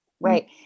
Right